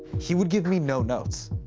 he would give me no notes.